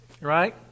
Right